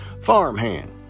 farmhand